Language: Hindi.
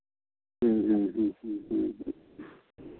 ह्म्म ह्म्म ह्म्म ह्म्म ह्म्म ह्म्म